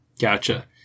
Gotcha